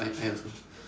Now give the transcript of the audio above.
I I also